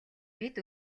бид